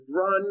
run